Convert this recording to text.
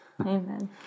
Amen